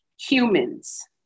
humans